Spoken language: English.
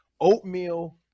oatmeal